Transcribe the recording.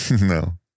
No